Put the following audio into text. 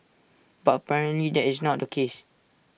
but apparently that is not the case